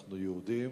אנחנו יהודים,